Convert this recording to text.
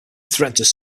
threatened